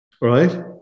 Right